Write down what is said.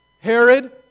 Herod